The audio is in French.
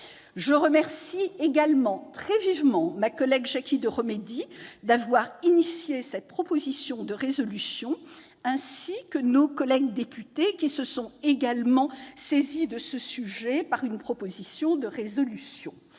Je remercie également très vivement ma collègue Jacky Deromedi d'avoir été à l'initiative de cette proposition de résolution, ainsi que nos collègues députés, qui se sont également saisis de ce sujet par une proposition de résolution.